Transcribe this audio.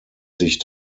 sich